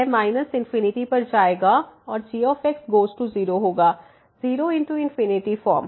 तो यह ∞ पर जाएगा और gगोज़ टू 0 होगा 0×∞ फॉर्म